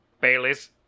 Baileys